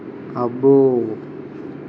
అబ్బో